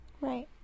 right